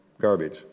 Garbage